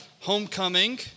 homecoming